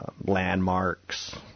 landmarks